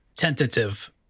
Tentative